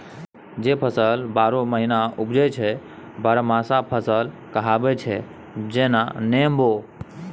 जे फसल बारहो महीना उपजै छै बरहमासा फसल कहाबै छै जेना नेबो